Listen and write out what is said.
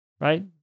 right